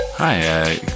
Hi